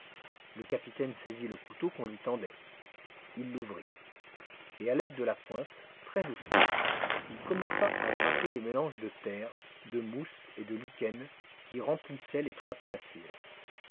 le capitaine saisit le couteau qu'on lui tendait il l'ouvrit et à l'aide de la pointe très doucement il commença à gratter le mélange de terre de mousse et de lichen qui remplissait l'étroite cassure